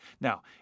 Now